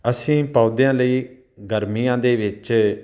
ਅਸੀਂ ਪੌਦਿਆਂ ਲਈ ਗਰਮੀਆਂ ਦੇ ਵਿੱਚ